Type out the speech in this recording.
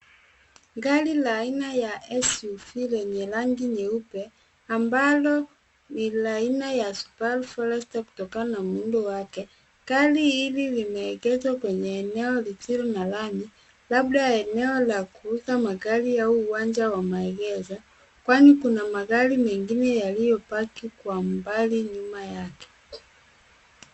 Gari la aina ya SUV lenye rangi nyeupe ambalo ni la aina ya Subaru Forester kutokana na muundo wake. Gari hili limeegeshwa kwenye eneo lisilo na lami labda eneo la kuuza magari au uwanja wa maegesho kwani kuna magari mengine yaliyopaki kwa mbali nyuma yake.